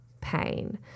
pain